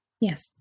Yes